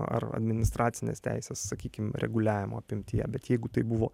ar administracinės teisės sakykim reguliavimo apimtyje bet jeigu tai buvo